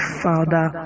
father